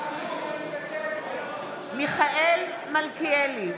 נגד מיכאל מלכיאלי,